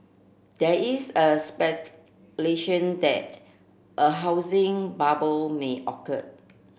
there is a speculation that a housing bubble may occur